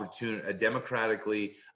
democratically